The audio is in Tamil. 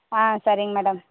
ஆ சரிங்க மேடம்